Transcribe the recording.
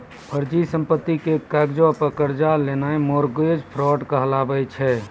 फर्जी संपत्ति के कागजो पे कर्जा लेनाय मार्गेज फ्राड कहाबै छै